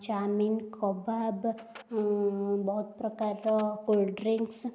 chowmein କବାବ ବହୁତ ପ୍ରକାରର କୋଲଡ୍ରିଙ୍କସ୍